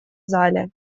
зале